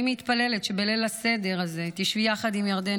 אני מתפללת שבליל הסדר הזה תשבי יחד עם ירדן,